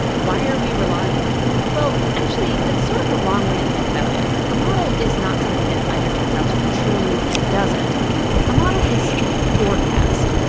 why are we relying on them? well, actually, that's sort of the wrong way to think about it. a model is not something that either turns out to be true or doesn't a model is a forecast.